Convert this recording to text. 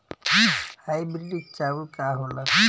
Hybrid चाउर का होला?